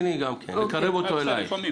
תודה.